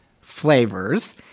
flavors